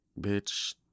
bitch